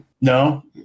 No